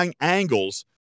angles